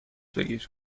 بگیر